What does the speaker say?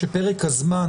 שפרק הזמן